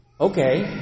Okay